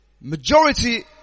Majority